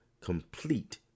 complete